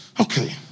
okay